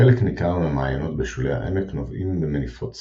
חלק ניכר מהמעיינות בשולי העמק נובעים במניפות סחף,